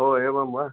ओ एवं वा